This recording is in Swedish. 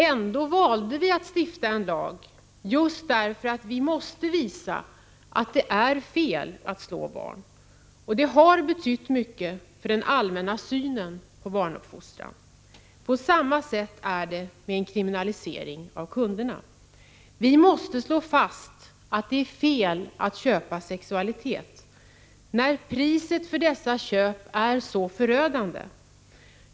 Ändå valde vi att stifta en lag just därför att vi måste visa att det är fel att slå barn. Det har betytt mycket för den allmänna synen på barnuppfostran. På samma sätt är det med en kriminalisering av kunderna. Vi måste slå fast att det är fel att köpa sexualitet, när konsekvenserna av dessa köp är så förödande.